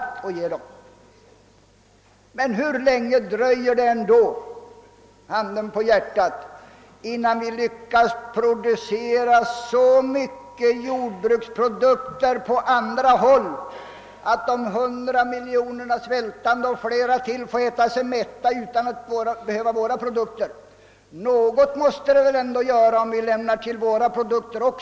Men — handen på hjärtat — hur länge dröjer det innan man lyckas producera så mycket jordbruksprodukter på annat håll, att de hundratals miljonerna svältande får äta sig mätta och inte behöver våra produkter? Något måste det väl ändå göra, om de erhåller även våra produkter.